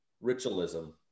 ritualism